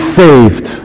saved